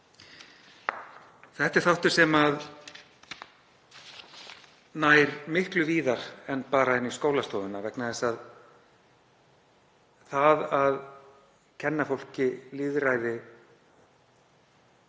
Þetta er þáttur sem nær miklu víðar en bara inn í skólastofurnar vegna þess að það að kenna fólki lýðræði